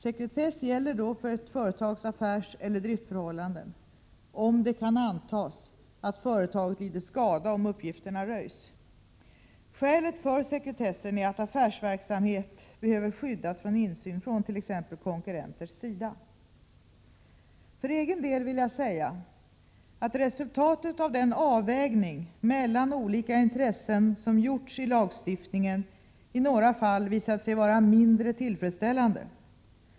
Sekretess gäller då för ett företags affärseller driftförhållanden, om det kan antas att företaget lider skada om uppgifterna röjs. Skälet för sekretessen är att affärsverksamhet behöver skyddas från insyn från t.ex. konkurrenters sida. För egen del vill jag säga att resultatet av dem avvägning mellan olika intressen som gjorts i lagstiftningen i några fall visat sig vara mindre tillfredsställande.